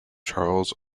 charles